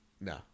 no